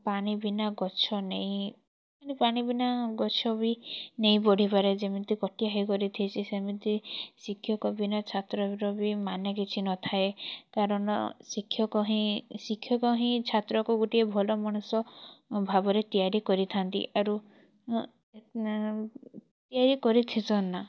ପାଣି ବିନା ଗଛ ନେଇ ମାନେ ପାଣି ବିନା ଗଛ ବି ନେଇ ବଢ଼ିପାରେ ଯେମିତି କଟିଆ ହେଇକରି ଥିଶି ସେମିତି ଶିକ୍ଷକ ବିନା ଛାତ୍ରର ବି ମାନେ କିଛି ନଥାଏ କାରଣ ଶିକ୍ଷକ ହିଁ ଶିକ୍ଷକ ହିଁ ଛାତ୍ରକୁ ଗୋଟିଏ ଭଲ ମଣିଷ ଭାବରେ ତିଆରି କରିଥାନ୍ତି ଆରୁ ଏଇ କରି ଥିସନ୍ ନା